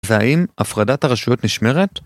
‫והאם הפרדת הרשויות נשמרת?